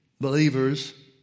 believers